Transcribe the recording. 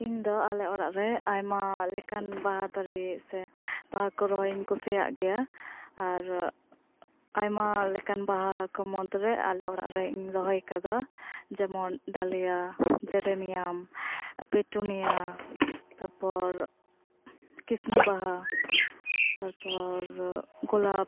ᱤᱧ ᱫᱚ ᱟᱞᱮ ᱚᱲᱟᱜ ᱨᱮ ᱟᱭᱢᱟ ᱞᱮᱠᱟᱱ ᱵᱟᱦᱟ ᱫᱟᱨᱮ ᱥᱮ ᱵᱟᱦᱟ ᱠᱚ ᱨᱚᱦᱚᱭ ᱤᱧ ᱠᱩᱥᱤᱭᱟᱜ ᱜᱮᱭᱟ ᱟᱨ ᱟᱭᱢᱟ ᱞᱮᱠᱟᱱ ᱵᱟᱦᱟ ᱠᱚ ᱢᱩᱫ ᱨᱮ ᱟᱞᱮ ᱚᱲᱟᱜ ᱨᱮ ᱤᱧ ᱨᱚᱦᱚᱭ ᱟᱠᱟᱫᱟ ᱡᱮᱢᱚᱱ ᱰᱟᱞᱤᱭᱟ ᱡᱮᱨᱮᱱᱤᱭᱟᱢ ᱯᱤᱴᱩᱱᱤᱭᱟ ᱛᱟᱨᱯᱚᱨ ᱠᱤᱥᱱᱤ ᱵᱟᱦᱟ ᱛᱟᱨᱯᱚᱨ ᱜᱳᱞᱟᱯ